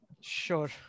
Sure